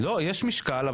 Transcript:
לא יש משקל,